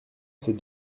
ces